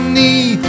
need